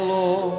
Lord